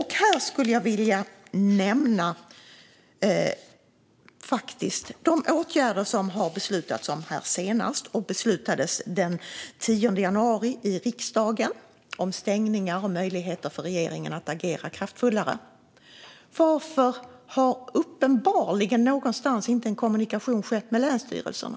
Här skulle jag faktiskt vilja nämna de åtgärder som det senast har beslutats om här i riksdagen den 10 januari om stängningar och om möjligheter för regeringen att agera kraftfullare. Varför har någon kommunikation uppenbarligen inte skett med länsstyrelserna?